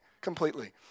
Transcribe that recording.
completely